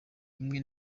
rimwe